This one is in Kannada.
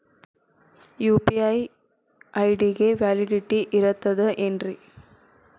ಯು.ಪಿ.ಐ ಐ.ಡಿ ಗೆ ವ್ಯಾಲಿಡಿಟಿ ಇರತದ ಏನ್ರಿ?